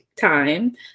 time